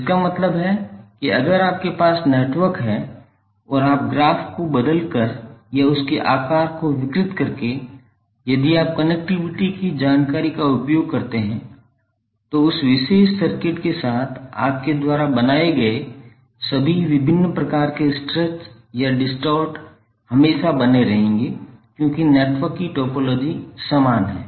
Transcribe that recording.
इसका मतलब है कि अगर आपके पास नेटवर्क है और आप ग्राफ को बदलकर या उसके आकार को विकृत करके यदि आप कनेक्टिविटी की जानकारी का उपयोग करते हैं तो उस विशेष सर्किट के साथ आपके द्वारा बनाए गए सभी विभिन्न प्रकार के स्ट्रेच या डिसटॉर्ट हमेशा बने रहेंगे क्योंकि नेटवर्क की टोपोलॉजी समान है